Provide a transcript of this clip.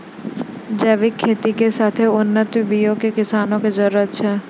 जैविक खेती के साथे उन्नत बीयो के किसानो के जरुरत छै